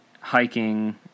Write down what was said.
hiking